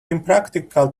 impractical